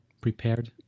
prepared